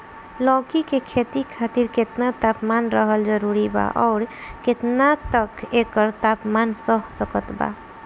लौकी के खेती खातिर केतना तापमान रहल जरूरी बा आउर केतना तक एकर तापमान सह सकत बा?